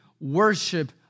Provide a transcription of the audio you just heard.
worship